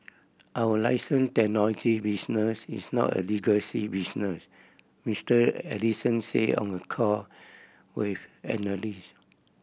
our license technology business is not a legacy business Mister Ellison said on a call with analyst